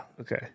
Okay